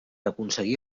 aconseguir